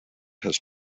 has